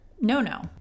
no-no